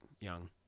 young